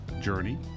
journey